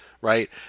right